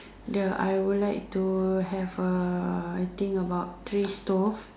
the I would like to have uh I think about three stove